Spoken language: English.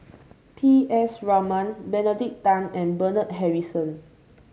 P S Raman Benedict Tan and Bernard Harrison